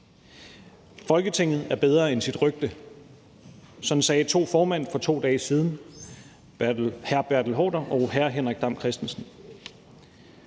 Folketinget er bedre end sit rygte – sådan sagde to formænd for 2 dage siden, nemlig hr. Bertel Haarder og hr. Henrik Dam Kristensen.